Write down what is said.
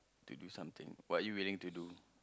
to do something what you willing to do